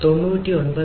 99